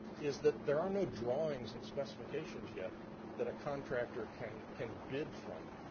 is that there are no drawings and specifications yet that a contractor can can bid from.